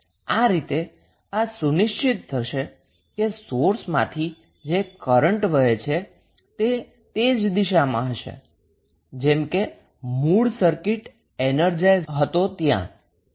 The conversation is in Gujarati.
આ રીતે આ સુનિશ્ચિત થશે કે સોર્સમાંથી જે કરન્ટ વહે છે તે તે જ દિશામાં હશે જેમ કે મૂળ સર્કિટ એનર્જાઈઝ હોય તો પણ તે ત્યાં હતો